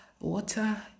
water